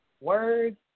words